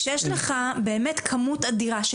כשיש לך באמת כמות אדירה,